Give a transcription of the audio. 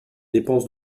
dépenses